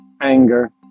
anger